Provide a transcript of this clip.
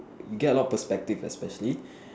you get a lot of perspectives especially